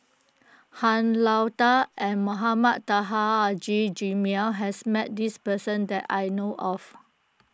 Han Lao Da and Mohamed Taha Haji Jamil has met this person that I know of